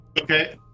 Okay